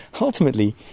ultimately